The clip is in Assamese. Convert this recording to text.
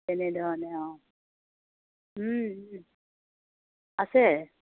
তেনে ধৰণে অঁ আছে